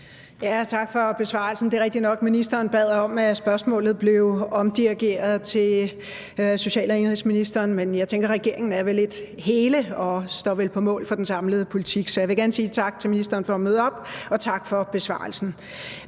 Tak for besvarelsen. Det er rigtigt nok, at ministeren bad om, at spørgsmålet blev omdirigeret til social- og indenrigsministeren, men jeg tænker, at regeringen vel er et hele og vel står på mål for den samlede politik. Så jeg vil gerne sige tak til ministeren for at møde op, og tak for besvarelsen.